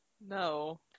No